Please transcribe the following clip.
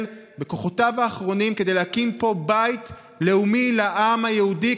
בכוחותיו האחרונים כדי להקים פה בית לאומי לעם היהודי,